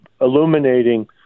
illuminating